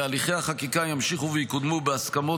והליכי החקיקה ימשיכו ויקודמו בהסכמות